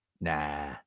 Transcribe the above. Nah